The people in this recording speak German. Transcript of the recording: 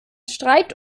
streit